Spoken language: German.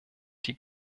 die